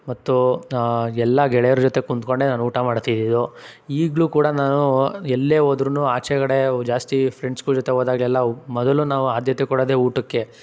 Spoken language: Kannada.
ಮತ್ತು ಎಲ್ಲ ಗೆಳೆಯರ ಜೊತೆ ಕುಳ್ತ್ಕೊಂಡೇ ನಾನು ಊಟ ಮಾಡ್ತಿದ್ದಿದ್ದು ಈಗಲೂ ಕೂಡ ನಾನು ಎಲ್ಲೇ ಹೋದ್ರುನೂ ಆಚೆ ಕಡೆ ಜಾಸ್ತಿ ಫ್ರೆಂಡ್ಸ್ಗಳ ಜೊತೆ ಹೋದಾಗೆಲ್ಲ ಮೊದಲು ನಾವು ಆದ್ಯತೆ ಕೊಡೋದೇ ಊಟಕ್ಕೆ